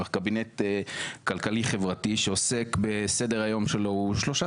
קבינט כלכלי-חברתי שעוסק בסדר-היום שלו שלושה